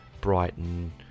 Brighton